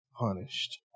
punished